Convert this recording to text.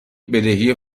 بدهی